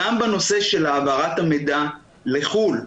גם בנושא של העברת המידע לחו"ל,